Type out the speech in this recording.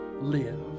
live